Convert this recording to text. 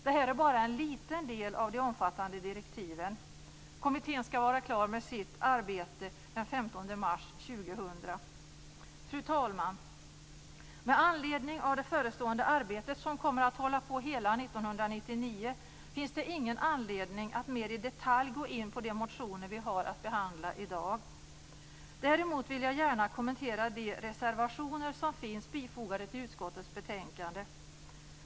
Det här är bara en liten del av de omfattande direktiven. Kommittén skall vara klar med arbetet den Fru talman! Med anledning av det förestående arbetet, som kommer att hålla på hela 1999, finns det inte anledning att i detalj gå in på de motioner vi har att behandla i dag. Däremot vill jag gärna kommentera de reservationer som finns fogade till utskottets betänkande.